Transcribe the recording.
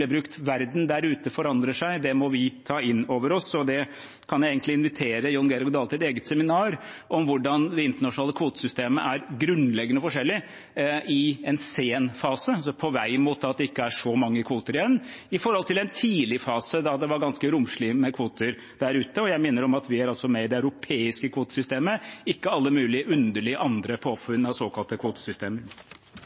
brukt. Verden der ute forandrer seg – det må vi ta inn over oss. Jeg kan egentlig invitere Jon Georg Dale til et eget seminar om hvordan det internasjonale kvotesystemet er grunnleggende forskjellig i en sen fase, der det er på vei mot at det ikke er så mange kvoter igjen, i forhold til i en tidlig fase, da det var ganske romslig med kvoter der ute. Jeg minner om at vi altså er med i det europeiske kvotesystemet, ikke alle mulige andre